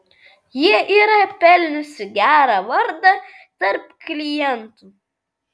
ji yra pelniusi gerą vardą tarp klientų